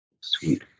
sweet